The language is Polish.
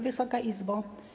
Wysoka Izbo!